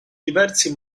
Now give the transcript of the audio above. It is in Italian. diversi